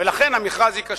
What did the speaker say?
ולכן והמכרז ייכשל.